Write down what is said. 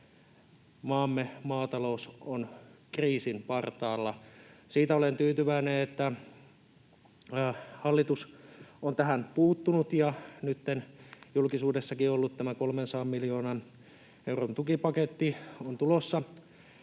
maamme maatalous on kriisin partaalla. Siitä olen tyytyväinen, että hallitus on tähän puuttunut ja nytten julkisuudessakin ollut 300 miljoonan euron tukipaketti on tulossa